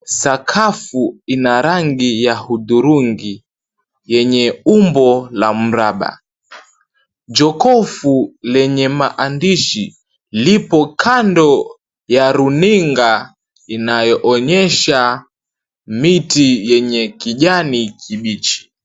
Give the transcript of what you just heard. Sakafu Ina rangi ya hudhurungi lenye umbo la mraba, jokofu lenye maandishi lipo kando ya runinga inayoonyesha miti yenye kijani kibichi.